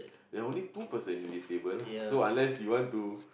there only two person in this table lah so unless you want to